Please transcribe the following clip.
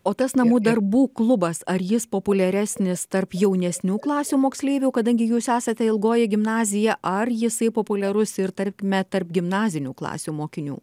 o tas namų darbų klubas ar jis populiaresnis tarp jaunesnių klasių moksleivių kadangi jūs esate ilgoji gimnazija ar jisai populiarus ir tarkime tarp gimnazinių klasių mokinių